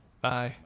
Bye